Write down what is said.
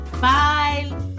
bye